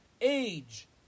age